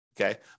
Okay